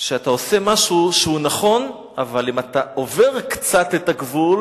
שאתה עושה משהו שהוא נכון אבל אם אתה עובר קצת את הגבול,